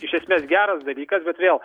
iš esmės geras dalykas bet vėl